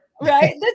Right